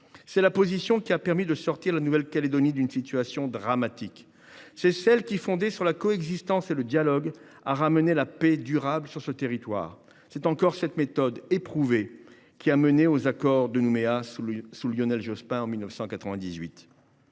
C’est la position qui a permis de sortir la Nouvelle Calédonie d’une situation dramatique. C’est la position, fondée sur la coexistence et le dialogue, qui a ramené une paix durable dans ce territoire. C’est encore cette méthode éprouvée qui a mené aux accords de Nouméa, sous Lionel Jospin, en 1998.